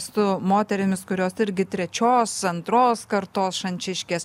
su moterimis kurios irgi trečios antros kartos šančiškės